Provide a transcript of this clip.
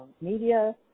media